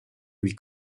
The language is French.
lui